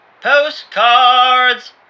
Postcards